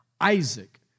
Isaac